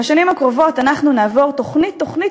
בשנים הקרובות אנחנו נעבור תוכנית-תוכנית